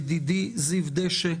ידידי זיו דשא,